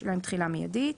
יש להם תחילה מיידית.